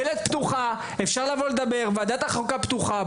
דלת ועדת החוקה פתוחה,